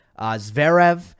Zverev